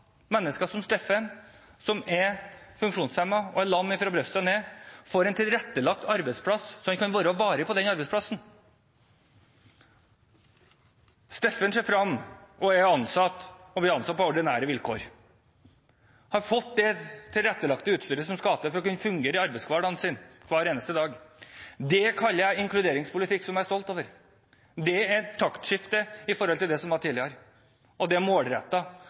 mennesker som Steffen, som er funksjonshemmet, som er lam fra brystet og ned, får en tilrettelagt arbeidsplass så han kan være varig på den arbeidsplassen. Steffen ser frem til å bli ansatt på ordinære vilkår, har fått det tilrettelagte utstyret som skal til for at han skal kunne fungere i arbeidshverdagen sin hver eneste dag. Det kaller jeg inkluderingspolitikk, som jeg er stolt over. Det er et taktskifte i forhold til det som var tidligere. Og det er